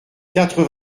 quatre